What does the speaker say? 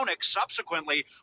subsequently